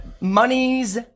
monies